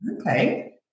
okay